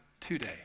today